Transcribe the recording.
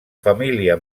família